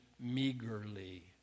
Meagerly